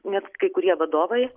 net kai kurie vadovai